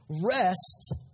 Rest